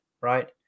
right